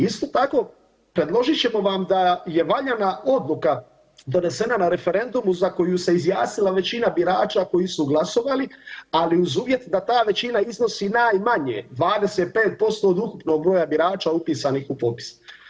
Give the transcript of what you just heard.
Isto tako predložit ćemo vam da je valjana odluka donesena na referendumu za koju se izjasnila većina birača koji su glasovali, ali uz uvjet da ta većina iznosi najmanje 25% od ukupnog broja birača upisanih u popis.